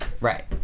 right